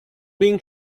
being